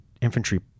Infantry